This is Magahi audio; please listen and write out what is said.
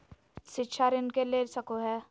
शिक्षा ऋण के ले सको है?